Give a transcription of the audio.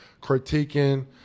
critiquing